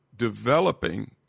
developing